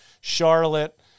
Charlotte